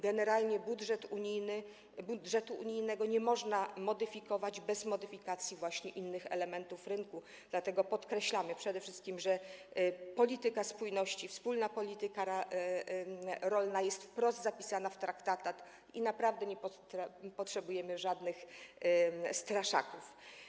Generalnie budżetu unijnego nie można modyfikować bez modyfikacji innych elementów rynku, dlatego podkreślamy przede wszystkim, że polityka spójności, wspólna polityka rolna jest wprost zapisana w traktatach i naprawdę nie potrzebujemy żadnych straszaków.